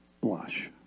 blush